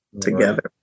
together